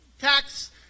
tax